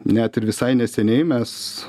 net ir visai neseniai mes